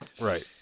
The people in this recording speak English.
Right